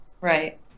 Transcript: Right